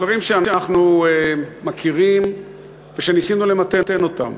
דברים שאנחנו מכירים ושניסינו למתן אותם.